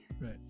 Right